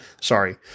sorry